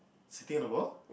sitting on the ball